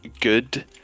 good